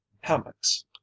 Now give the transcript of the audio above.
Hammocks